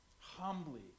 humbly